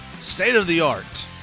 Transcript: state-of-the-art